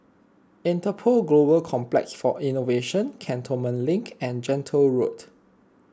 Interpol Global Complex for Innovation Cantonment Link and Gentle Road